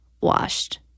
washed